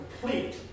complete